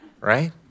right